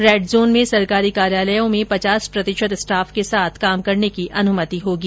red zone में सरकारी कार्यालयों में पचास प्रतिशत स्टाफ के साथ काम करने की अनुमति होगी